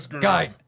Guy